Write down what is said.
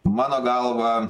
mano galva